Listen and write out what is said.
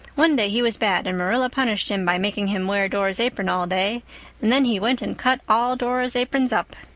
one day he was bad and marilla punished him by making him wear dora's apron all day, and then he went and cut all dora's aprons up.